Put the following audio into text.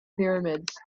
pyramids